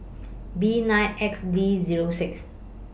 B nine X D Zero six